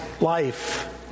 life